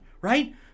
right